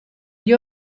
gli